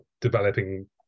developing